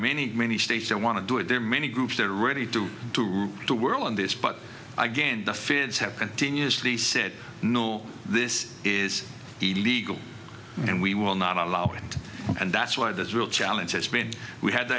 many many states that want to do it there are many groups that are ready to do to work on this but again the fish have continuously said no this is illegal and we will not allow it and that's why this real challenge has been we had to